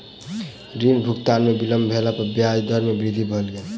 ऋण भुगतान में विलम्ब भेला पर ब्याज दर में वृद्धि भ गेल